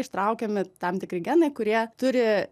ištraukiami tam tikri genai kurie turi